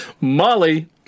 Molly